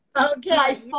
Okay